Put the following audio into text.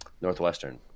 Northwestern